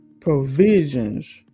Provisions